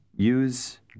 Use